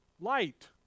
Light